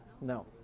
No